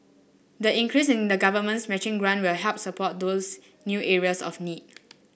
the increase in the government's matching grant will help support those new areas of need